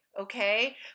okay